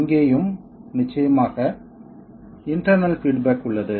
இங்கேயும் நிச்சயமாக internal feedback உள்ளது